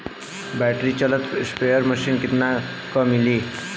Battery चलत sprayer machine कितना क मिली?